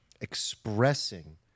expressing